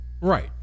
Right